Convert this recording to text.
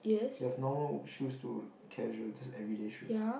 you have normal shoes to casual just everyday shoes